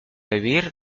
vivir